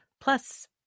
Plus